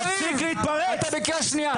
תפסיק להתפרץ אתה בקריאה שנייה.